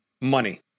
money